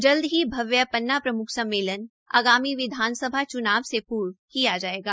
जल्द ही भव्य पन्ना प्रम्ख सम्मेलन आगामी विधानसभा च्नाव से पूर्व किया जाएगा